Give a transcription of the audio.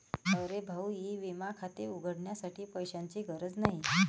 अरे भाऊ ई विमा खाते उघडण्यासाठी पैशांची गरज नाही